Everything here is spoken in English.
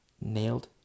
nailed